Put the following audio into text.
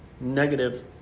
negative